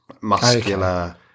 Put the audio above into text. muscular